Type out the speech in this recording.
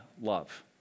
love